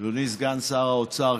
אדוני סגן שר האוצר,